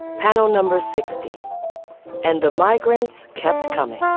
panel number sixty and the migrants kept coming